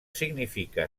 significa